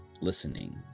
listening